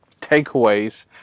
takeaways